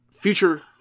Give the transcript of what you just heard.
future